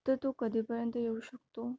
तर तो कधीपर्यंत येऊ शकतो